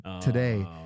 today